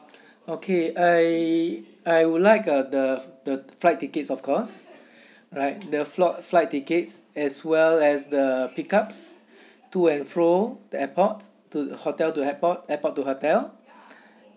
okay I I would like uh the the flight tickets of course right the flig~ flight tickets as well as the pickups to and fro the airport to hotel to airport airport to hotel